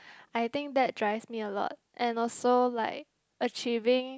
I think that drives me a lot and also like achieving